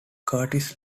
curtis